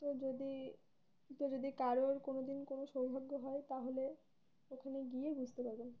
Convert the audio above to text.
তো যদি তো যদি কারোর কোনো দিন কোনো সৌভাগ্য হয় তাহলে ওখানে গিয়ে বুঝতে পারবেন